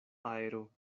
aero